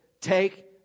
take